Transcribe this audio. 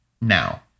now